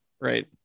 Right